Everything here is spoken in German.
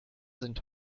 sind